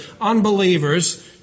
Unbelievers